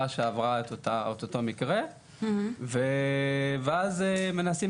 שעברה את אותו המקרה מבית המטופל הפוגע לכאורה ואז מנסים